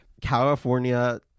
California